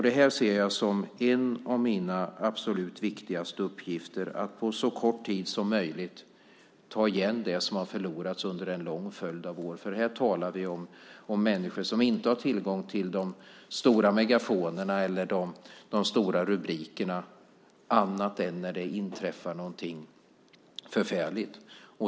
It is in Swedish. Det här ser jag som en av mina absolut viktigaste uppgifter, att på så kort tid som möjligt ta igen det som har förlorats under en lång följd av år. Vi talar om människor som inte har tillgång till de stora megafonerna eller de stora rubrikerna annat än när det inträffar något förfärligt.